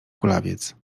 kulawiec